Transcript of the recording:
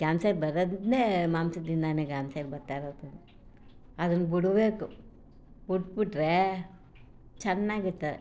cancer ಬರೋದಿದ್ದರೆ ಮಾಂಸದಿಂದಲೇ cancer ಬರ್ತಾಯಿರೋದು ಅದನ್ನ ಬಿಡಬೇಕು ಬಿಟ್ಬಿಟ್ರೆ ಚೆನ್ನಾಗಿರ್ತಾರೆ